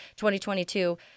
2022